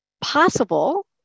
possible